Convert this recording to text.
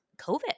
COVID